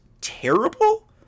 terrible